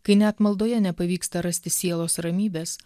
kai net maldoje nepavyksta rasti sielos ramybės